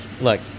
look